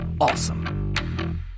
awesome